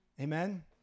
Amen